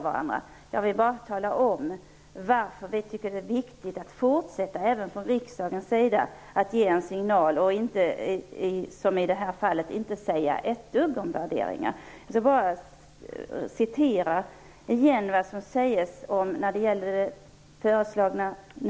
Vad tycker utskottets ledamöter i denna fråga?